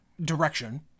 direction